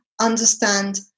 understand